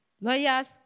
lawyers